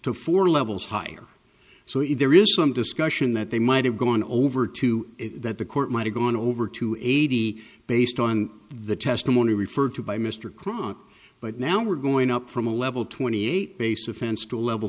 four levels higher so if there is some discussion that they might have gone over to that the court might have gone over to eighty based on the testimony referred to by mr kronk but now we're going up from a level twenty eight base offense to level